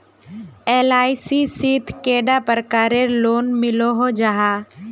LIC शित कैडा प्रकारेर लोन मिलोहो जाहा?